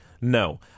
No